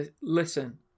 Listen